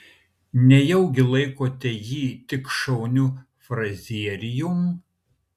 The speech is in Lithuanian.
nejaugi laikote jį tik šauniu frazierium